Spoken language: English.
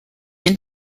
end